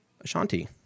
Ashanti